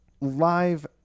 live